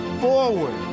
forward